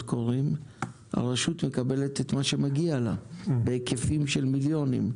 קוראים הרשות מקבלת את מה שמגיע לה בהיקפים של מיליונים.